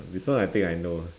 this one I think I know